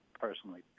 personally